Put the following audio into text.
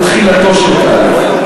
הוא תחילתו של תהליך.